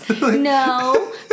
No